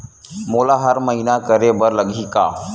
मोला हर महीना करे बर लगही का?